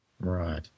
Right